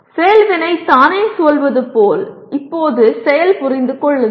செயல் வினை தானே சொல்வது போல் இப்போது செயல் புரிந்து கொள்ளுங்கள்